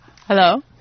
Hello